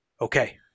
okay